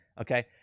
okay